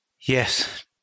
Yes